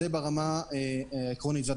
זה עקרונית, וזה